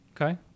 Okay